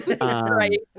right